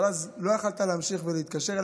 לא יכולת להמשיך ולהתקשר,